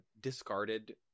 discarded